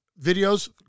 videos